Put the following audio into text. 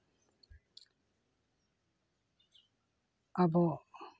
ᱟᱵᱚ